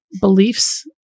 beliefs